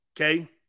Okay